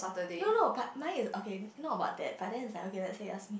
no no but mine is okay not about that then it's like okay let's say us